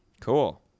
Cool